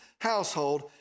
household